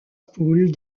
poule